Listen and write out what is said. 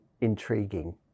intriguing